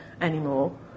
anymore